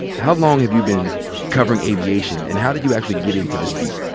how long have you been covering aviation? and how did you actually get into this beat?